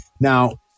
Now